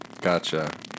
gotcha